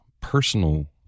personal